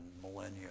millennia